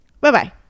Bye-bye